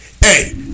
hey